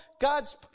God's